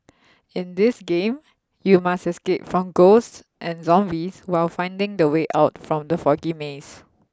in this game you must escape from ghosts and zombies while finding the way out from the foggy maze